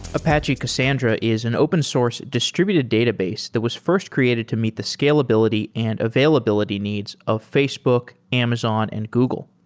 apache cassandra is an open source distributed database that was first created to meet the scalability and availability needs of facebook, amazon and google.